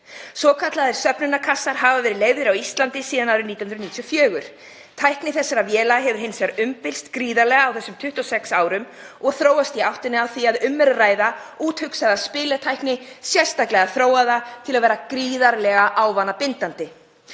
Svokallaðir söfnunarkassar hafa verið leyfðir á Íslandi síðan árið 1994. Tækni þessara véla hefur hins vegar umbylst gríðarlega á þessum 26 árum og þróast í áttina að því að um er að ræða úthugsaða spilatækni, sérstaklega þróaða til að vera gríðarlega ávanabindandi.